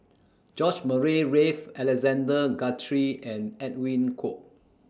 George Murray Reith Alexander Guthrie and Edwin Koek